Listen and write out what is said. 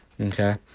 Okay